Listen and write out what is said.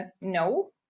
No